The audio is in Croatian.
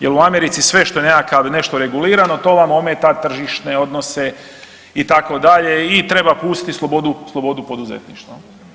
Jer u Americi sve što je nešto regulirano to vam ometa tržišne odnose itd. i treba pustiti slobodu poduzetništva.